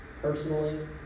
personally